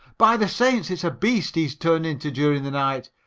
by the saints, it's a beast he's turned into during the night.